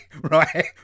right